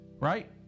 Right